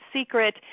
secret